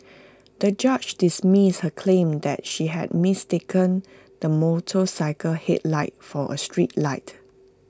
the judge dismissed her claim that she had mistaken the motorcycle's headlight for A street light